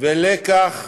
ובלקח